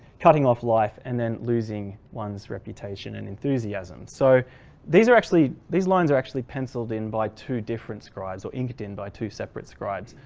cutting off life and then losing one's reputation and enthusiasm. so these are actually these lines are actually penciled in by two different scribes or inked in by two separate scribes,